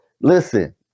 listen